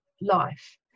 life